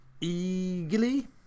eagerly